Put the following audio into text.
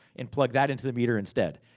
and plug that into the meter instead.